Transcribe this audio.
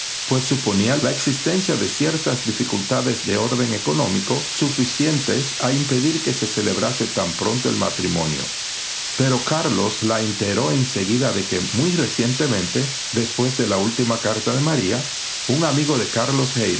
pues suponía la existencia de ciertas dificultades de orden económico suficientes a impedir que se celebrase tan pronto el matrimonio pero carlos la enteró en seguida de que muy recientementedespués de la úlitma carta de maría un amigo de carlos